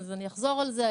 אני אחזור על זה,